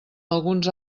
alguns